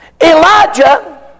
Elijah